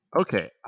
okay